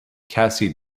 cassie